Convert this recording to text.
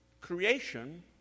Creation